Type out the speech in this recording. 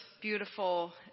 beautiful